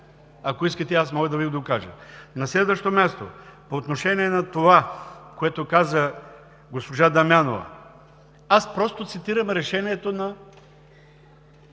ако искате, мога да Ви го докажа. На следващо място, по отношение на това, което каза госпожа Дамянова – просто цитирам решението на